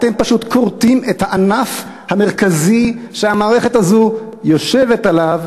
אתם פשוט כורתים את הענף המרכזי שהמערכת הזאת יושבת עליו,